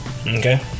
Okay